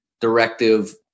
directive